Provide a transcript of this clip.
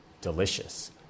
delicious